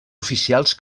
oficials